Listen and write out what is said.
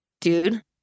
dude